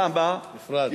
נפרד.